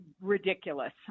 Ridiculous